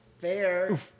fair